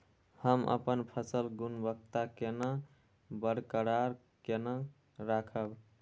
हम अपन फसल गुणवत्ता केना बरकरार केना राखब?